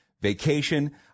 vacation